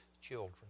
children